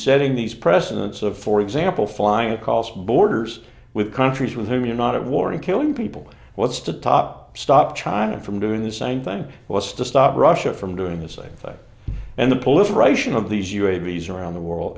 setting these precedents of for example flying across borders with countries with whom you're not at war and killing people what's the top stop china from doing the same thing what's to stop russia from doing the same thing and the political regime of these u a v's around the world